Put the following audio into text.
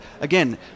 again